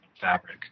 fabric